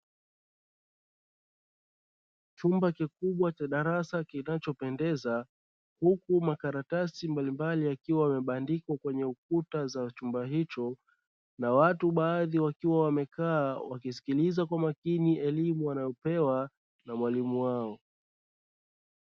Chumba kikubwa cha darasa kinachopendeza, huku makaratasi mbalimbali yakiwa yamebandikwa kwenye kuta za chumba hicho, na watu baadhi wakiwa wamekaa wakisikiliza kwa makini elimu wanayopewa na mwalimu wao.